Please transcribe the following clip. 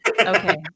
Okay